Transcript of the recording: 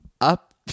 Up